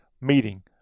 meeting